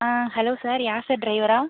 hello sir Yasar ட்ரைவரா